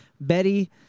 Betty